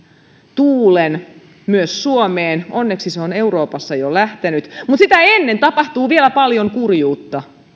tuulen myös suomeen onneksi se on euroopassa jo lähtenyt sitä ennen tapahtuu vielä paljon kurjuutta